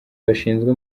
bashinzwe